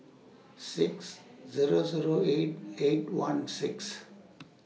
six Zero Zero eight eight one six